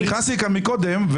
נכנסתי לכאן קודם.